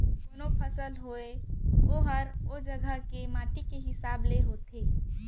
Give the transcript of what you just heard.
कोनों फसल होय ओहर ओ जघा के माटी के हिसाब ले होथे